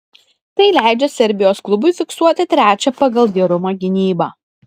tai leidžia serbijos klubui fiksuoti trečią pagal gerumą gynybą